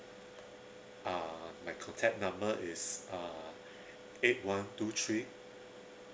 uh my contact number is uh eight one two three